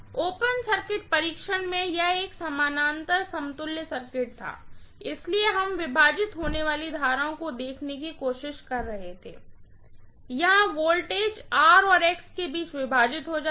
open circuit परीक्षण में यह एक समानांतर समतुल्य सर्किट था इसलिए हम विभाजित होने वाली करंट ओं को देखने की कोशिश कर रहे थे यहां वोल्टेज और के बीच विभाजित हो रहा है